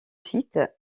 site